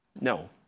No